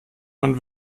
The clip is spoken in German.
man